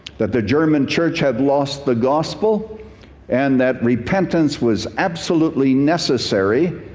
that the german church had lost the gospel and that repentance was absolutely necessary.